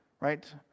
Right